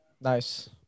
Nice